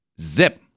zip